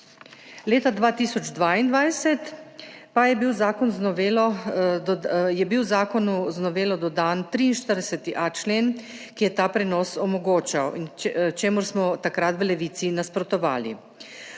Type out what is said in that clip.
Leta 2022 pa je bil zakonu z novelo dodan 43. člen, ki je ta prenos omogočal in čemur smo takrat v Levici nasprotovali.